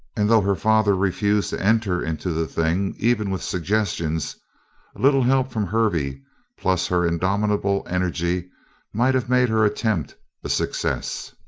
and though her father refused to enter into the thing even with suggestions, a little help from hervey plus her indomitable energy might have made her attempt a success.